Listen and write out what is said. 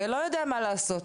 ולא יודע מה לעשות.